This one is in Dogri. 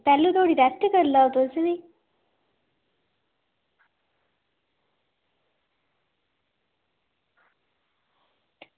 तैह्लू धोड़ी रेस्ट करी लैओ तुस बी